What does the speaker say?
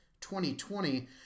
2020